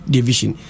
Division